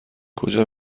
کجا